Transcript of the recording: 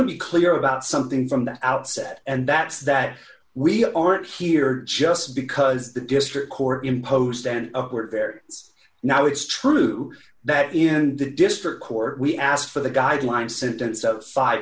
to be clear about something from the outset and that's that we aren't here just because the district court imposed and we're very it's now it's true that in the district court we asked for the guidelines sentence of five